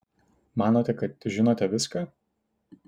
manote kad žinote viską